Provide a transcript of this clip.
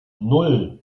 nan